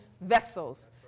vessels